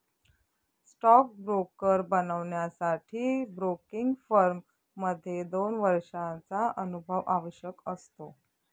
stock broker बनण्यासाठी broking firm मध्ये दोन वर्षांचा अनुभव आवश्यक असतो